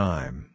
Time